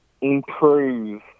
improve